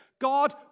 God